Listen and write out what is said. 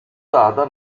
data